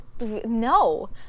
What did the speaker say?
No